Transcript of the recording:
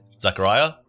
Zachariah